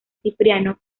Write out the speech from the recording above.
cipriano